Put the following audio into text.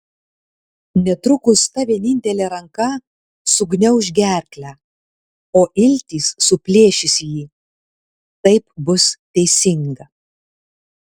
netrukus ta vienintelė ranka sugniauš gerklę o iltys suplėšys jį taip bus teisinga